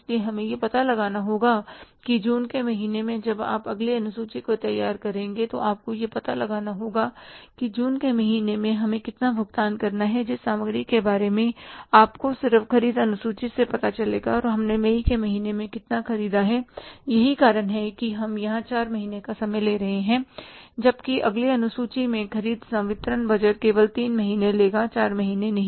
इसलिए हमें यह पता लगाना होगा कि जून के महीने में जब आप अगली अनुसूची को तैयार करेंगे तो आपको यह पता लगाना होगा कि जून के महीने में हमें कितना भुगतान करना है जिस सामग्री के बारे में आपको सिर्फ ख़रीद अनुसूची से पता चलेगा कि हमने मई के महीने में कितना ख़रीदा है यही कारण है कि हम यहां 4 महीने का समय ले रहे हैं जबकि अगली अनुसूची में ख़रीद संवितरण बजट केवल 3 महीने लेगा 4 महीने नहीं